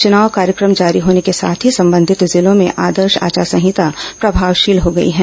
चूनाव कार्यक्रम जारी होने के साथ ही संबंधित जिलों में आदर्श आचार संहिता प्रभावशील हो गई है